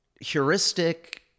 heuristic